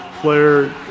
player